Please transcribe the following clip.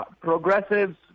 progressives